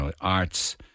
arts